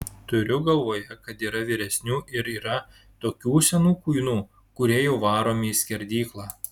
turiu galvoje kad yra vyresnių ir yra tokių senų kuinų kurie jau varomi į skerdyklą